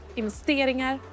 investeringar